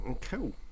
cool